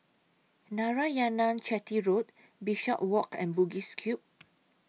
Narayanan Chetty Road Bishopswalk and Bugis Cube